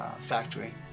factory